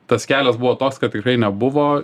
tas kelias buvo toks kad tikrai nebuvo